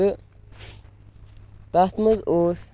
تہٕ تَتھ منٛز اوس